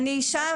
אני אישה,